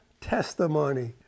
testimony